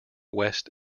west